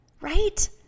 right